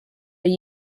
are